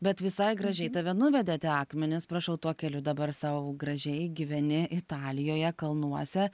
bet visai gražiai tave nuvedė tie akmenys prašau tuo keliu dabar sau gražiai gyveni italijoje kalnuose